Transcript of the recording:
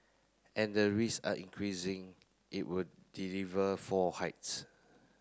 and the risk are increasing it will deliver four hikes